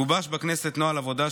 גובש בכנסת נוהל עבודה,